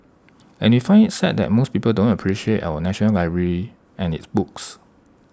and we find IT sad that most people don't appreciate our National Library and its books